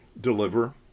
deliver